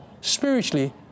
spiritually